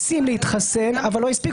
ההורים רוצים לחסן אותם אבל לא הספיקו.